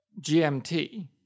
GMT